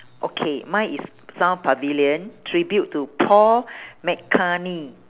okay mine is south pavilion tribute to paul mccartney